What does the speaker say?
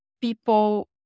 people